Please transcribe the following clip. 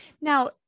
Now